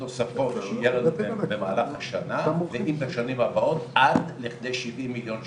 ויגיע בשנים הבאות עד לכדי שבעים מיליון שקל.